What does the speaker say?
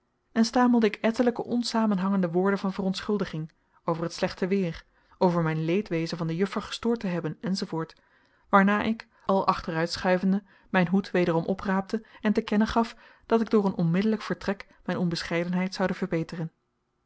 en stamelde ik ettelijke onsamenhangende woorden van verontschuldiging over het slechte weer over mijn leedwezen van de juffer gestoord te hebben enz waarna ik al achteruitschuivende mijn hoed wederom opraapte en te kennen gaf dat ik door een onmiddellijk vertrek mijn onbescheidenheid zoude verbeteren